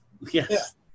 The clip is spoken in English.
yes